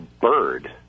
bird